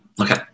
okay